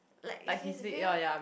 like if it's real